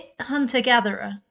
hunter-gatherer